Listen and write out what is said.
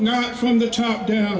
not from the top down